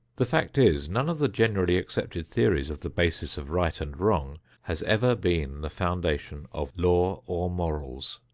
the fact is, none of the generally accepted theories of the basis of right and wrong has ever been the foundation of law or morals.